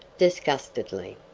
disgustedly.